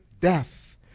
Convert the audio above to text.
death